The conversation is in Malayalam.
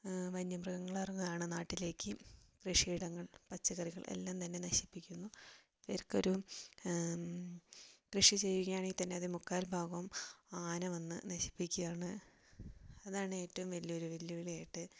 വന്യമൃഗങ്ങൾ ഇറങ്ങാണ് നാട്ടിലേക്ക് കൃഷിയിടങ്ങൾ പച്ചക്കറികൾ എല്ലാംതന്നെ നശിപ്പിക്കുന്നു ഇവർക്കൊരു കൃഷി ചെയ്യുകയാണെങ്കിൽ തന്നെ ഒരു മുക്കാൽ ഭാഗവും ആന വന്ന് നശിപ്പിക്കുകയാണ് അതാണ് ഏറ്റവും വലിയൊരു വെല്ലുവിളിയായിട്ട്